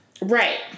Right